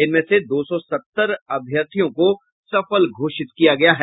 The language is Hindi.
जिसमें से दो सौ सत्तर अभ्यर्थियों को सफल घोषित किया गया है